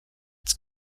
its